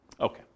Okay